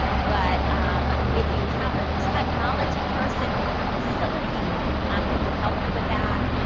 but um if you have a technology person in your facility um who could help you with that,